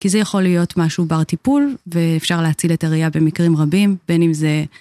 כי זה יכול להיות משהו בר טיפול ואפשר להציל את הראייה במקרים רבים, בין אם זה...